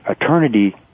eternity